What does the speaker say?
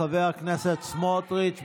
חבר הכנסת סמוטריץ'.